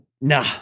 Nah